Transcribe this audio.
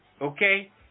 okay